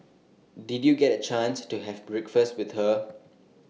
did you get A chance to have breakfast with her